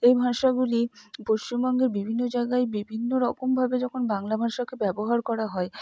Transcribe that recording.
এই ভাষাগুলি পশ্চিমবঙ্গের বিভিন্ন জায়গায় বিভিন্ন রকমভাবে যখন বাংলা ভাষাকে ব্যবহার করা হয়